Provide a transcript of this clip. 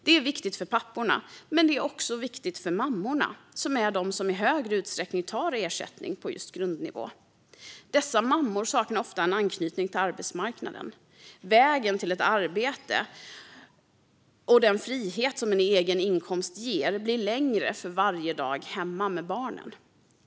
Det är viktigt för papporna, men det är också viktigt för mammorna, som i större utsträckning tar ut ersättning på grundnivå. Dessa mammor saknar ofta anknytning till arbetsmarknaden. Vägen till ett arbete och den frihet som en egen inkomst ger blir längre för varje dag hemma med barnen.